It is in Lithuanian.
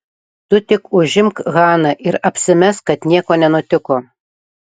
tu tik užimk haną ir apsimesk kad nieko nenutiko